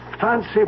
fancy